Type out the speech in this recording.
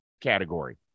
category